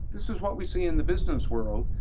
this is what we see in the business world.